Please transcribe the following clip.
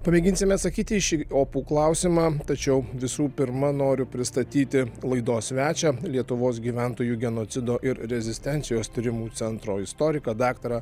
pamėginsime atsakyti į šį opų klausimą tačiau visų pirma noriu pristatyti laidos svečią lietuvos gyventojų genocido ir rezistencijos tyrimų centro istoriką daktarą